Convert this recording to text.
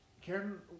Karen